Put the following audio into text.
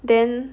then